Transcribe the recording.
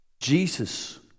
Jesus